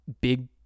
big